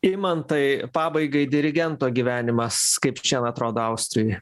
imantai pabaigai dirigento gyvenimas kaip šiandien atrodo austrijoj